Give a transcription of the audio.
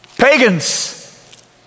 Pagans